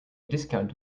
discount